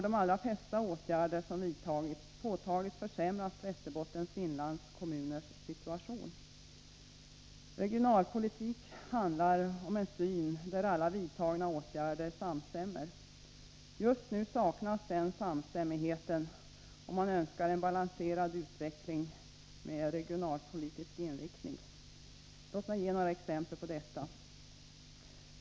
De allra flesta åtgärder som vidtagits har tvärtom påtagligt försämrat Västerbottens inlands kommuners situation. Regionalpolitik handlar om en syn där alla vidtagna åtgärder samstämmer. Just nu saknas den samstämmigheten, och man önskar en balanserad utveckling med regionalpolitisk inriktning. Låt mig ge några exempel på detta.